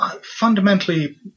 fundamentally